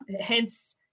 hence